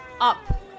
Up